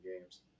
games